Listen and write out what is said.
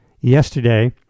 yesterday